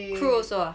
crew also ah